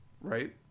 Right